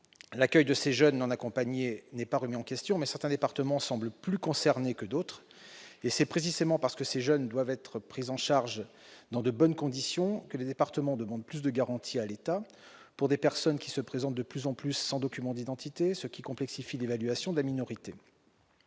L'accueil de ces jeunes non accompagnés n'est pas remis en question, mais certains départements semblent plus concernés que d'autres. Et c'est précisément parce que ces jeunes doivent être pris en charge dans de bonnes conditions que les départements demandent plus de garanties à l'État, pour des personnes qui se présentent de plus en plus sans document d'identité, ce qui complexifie l'évaluation de la minorité.